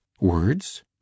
Words